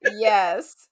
Yes